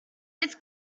its